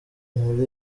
muri